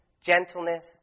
gentleness